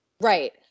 Right